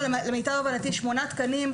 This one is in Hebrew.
למיטב הבנתי אנחנו מדברים על שמונה תקנים.